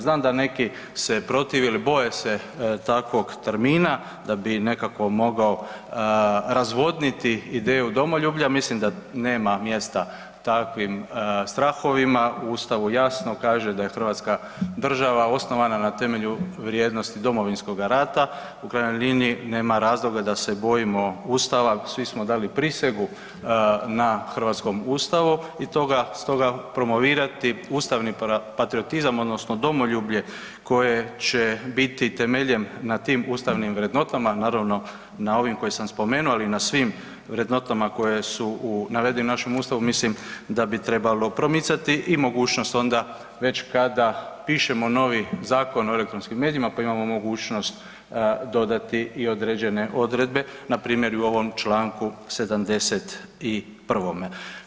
Znam da neki se protive jer boje se takvog termina da bi nekako mogao razvodniti ideju domoljublja, mislim da nema mjesta takvim strahovima u Ustavu jasno kaže da je hrvatska država osnovana na temelju vrijednosti Domovinskoga rata u krajnjoj liniji nema razloga da se bojimo Ustava, svi smo dali prisegu na hrvatskom ustavu i to ga, stoga promovirati ustavni patriotizam odnosno domoljublje koje će biti temeljen na tim ustavnim vrednotama naravno na ovim koje sam spomenuo, ali i na svim vrednotama koje su navedene i u našem Ustavu mislim da bi trebalo promicati i mogućnost onda već kada pišemo novi Zakon o elektronskim medijima pa imamo mogućnost dodati i određene odredbe npr. i u ovo Članku 71.